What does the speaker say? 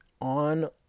on